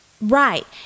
Right